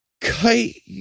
Kite